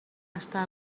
està